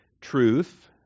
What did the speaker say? truth